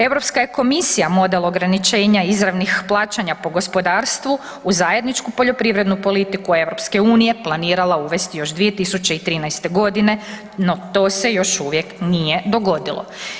Europska je komisija model ograničenja izravnih plaćanja po gospodarstvu u zajedničku poljoprivrednu politiku EU planirala uvesti još 2013. godine no to se još uvijek nije dogodilo.